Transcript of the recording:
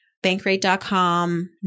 bankrate.com